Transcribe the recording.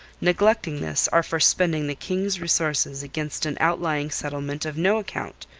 neglecting this, are for spending the king's resources against an outlying settlement of no account,